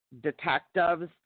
detectives